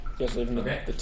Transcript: Okay